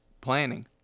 planning